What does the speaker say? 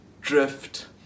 drift